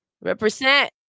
Represent